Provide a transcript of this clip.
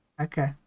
Okay